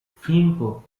cinco